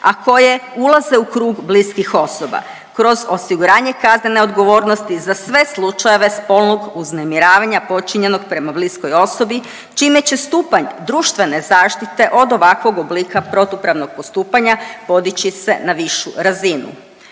a koje ulaze u krug bliskih osoba kroz osiguranje kaznene odgovornosti za sve slučajeve spolnog uznemiravanja počinjenog prema bliskoj osobi, čime će stupanj društvene zaštite od ovakvog oblika protupravnog postupanja podići se na višu razinu.